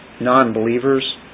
non-believers